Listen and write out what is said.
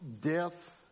death